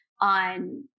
on